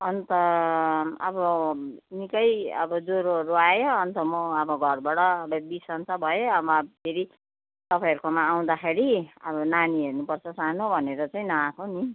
अन्त अब निकै अब ज्वरोहरू आयो अन्त म अब घरबाट बिसन्चो भएँ अब फेरि तपाईँहरूकोमा आउँदाखेरि अब नानी हेर्नुपर्छ सानो भनेर चाहिँ नआएको नि